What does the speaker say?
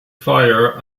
fire